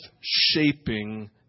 shaping